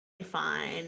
fine